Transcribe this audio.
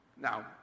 Now